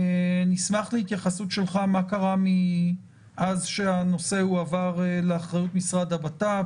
נשמח להתייחסות שלך מה קרה מאז שהנושא הועבר לאחריות משרד הבט"פ,